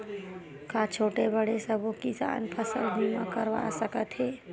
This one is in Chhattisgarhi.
का छोटे बड़े सबो किसान फसल बीमा करवा सकथे?